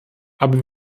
aber